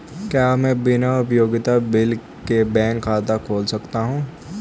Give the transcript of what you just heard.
क्या मैं बिना उपयोगिता बिल के बैंक खाता खोल सकता हूँ?